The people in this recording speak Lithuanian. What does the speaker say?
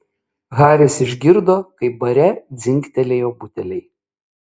haris išgirdo kaip bare dzingtelėjo buteliai